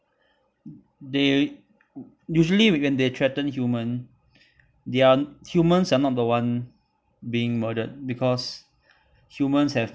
they usually when they threaten human they are humans are not the one being murdered because humans have